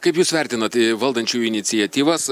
kaip jūs vertinat valdančiųjų iniciatyvas